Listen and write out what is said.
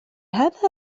هذا